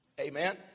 Amen